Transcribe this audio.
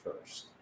first